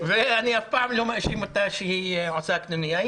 ואני אף פעם לא מאשים אותה שהיא עושה קנוניה.